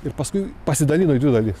ir paskui pasidalino į dvi dalis